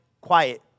quiet